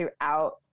throughout